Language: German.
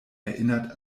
erinnert